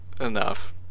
Enough